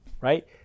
right